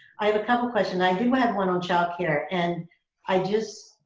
i have a couple questions. i do have one on childcare and i just,